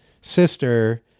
sister